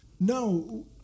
No